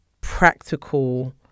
practical